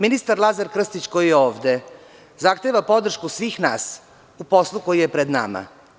Ministar Lazar Krstić, koji je ovde, zahteva podršku svih nas u poslu koji je pred nama.